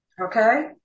okay